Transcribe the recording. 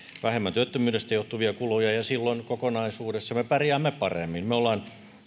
vähemmän työttömyydestä johtuvia kuluja ja silloin kokonaisuutena me pärjäämme paremmin me olemme